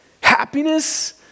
happiness